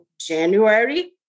January